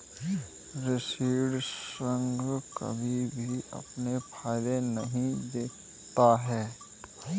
ऋण संघ कभी भी अपने फायदे नहीं देखता है